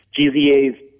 GZA's